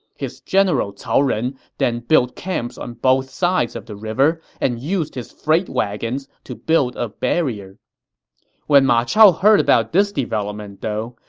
his general cao ren then built camps on both sides of the river and used his freight wagons to build a barrier when ma chao heard about this development, though,